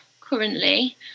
currently